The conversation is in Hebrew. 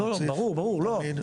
לא, לא, ברור, ברור.